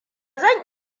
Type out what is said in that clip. zan